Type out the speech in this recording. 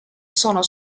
sono